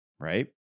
Right